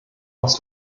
aus